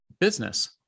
business